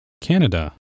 Canada